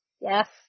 yes